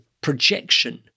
projection